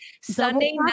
Sunday